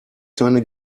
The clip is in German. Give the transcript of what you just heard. seine